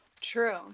True